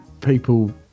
people